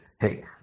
Hey